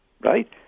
right